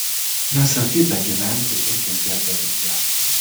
nes ir kaip begyventi ir kentėt be vilties